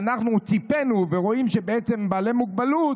וכשראינו שהם בעלי מוגבלות,